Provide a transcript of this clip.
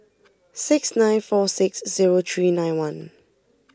six nine four six zero three nine one